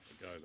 go